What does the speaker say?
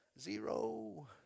Zero